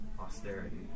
austerity